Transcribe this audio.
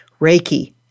Reiki